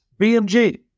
BMG